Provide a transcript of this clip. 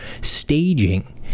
staging